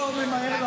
לא שמעתי אותך.